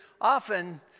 often